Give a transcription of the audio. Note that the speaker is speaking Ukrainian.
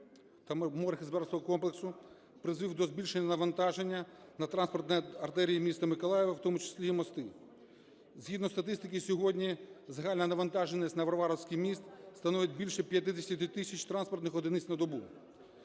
та морегосподарського комплексу призвів до збільшення навантаження на транспортні артерії міста Миколаєва, в тому числі і мости. Згідно статистики сьогодні загальна навантаженість на Варварівський міст становить більше 50 тисяч транспортних одиниць на добу.